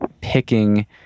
picking